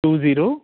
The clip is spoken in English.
two zero